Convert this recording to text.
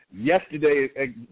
yesterday